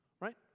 right